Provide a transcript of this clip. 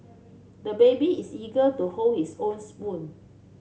the baby is eager to hold his own spoon